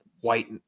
white